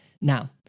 Now